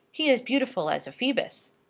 he is beautiful as a phoebus.